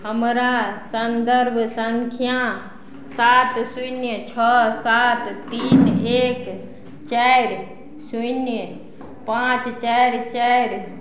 हमरा संदर्भ सङ्ख्या सात शून्य छओ सात तीन एक चारि शून्य पॉंच चारि चारि